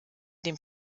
dem